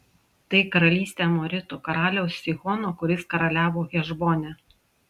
tai karalystė amoritų karaliaus sihono kuris karaliavo hešbone